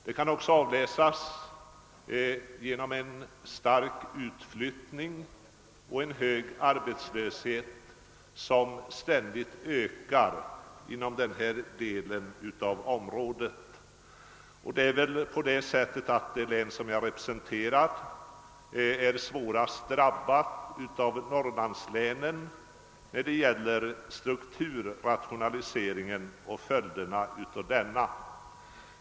Det kan avläsas i en stark utflyttning och en hög arbetslöshet som ständigt ökar inom denna del av området. Av Norrlandslänen är väl det län som jag representerar svårast drabbat av strukturrationaliseringen och dess följder.